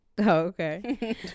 okay